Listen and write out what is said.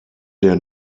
der